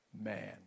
man